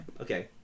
Okay